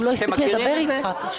הוא פשוט לא הספיק לדבר איתך.